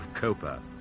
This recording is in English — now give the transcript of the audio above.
copa